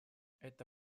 это